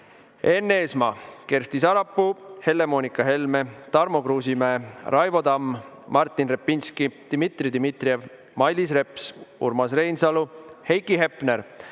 Enn Eesmaa, Kersti Sarapuu, Helle-Moonika Helme, Tarmo Kruusimäe, Raivo Tamm, Martin Repinski, Dmitri Dmitrijev, Mailis Reps, Urmas Reinsalu, Heiki Hepner,